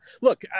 look